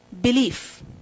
belief